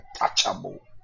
untouchable